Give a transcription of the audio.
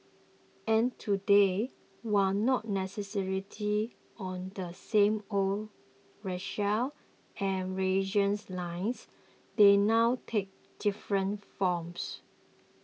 and today while not necessarily on the same old racial and religious lines they now take different forms